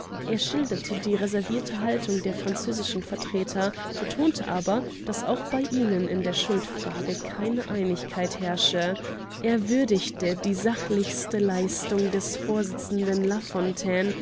er schilderte die reservierte haltung der französischen vertreter betonte aber daß auch bei ihnen in der schuldfrage keine einigkeit herrsche er würdigte die sachlichste leistung des vorsitzenden lafontaine